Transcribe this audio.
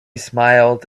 smiled